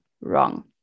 wrong